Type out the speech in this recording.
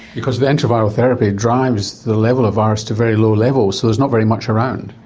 because the anti-viral therapy drives the level of virus to very low levels, so there's not very much around.